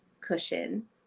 cushion